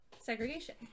segregation